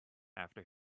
after